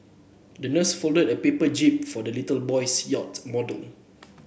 the nurse folded a paper jib for the little boy's yacht model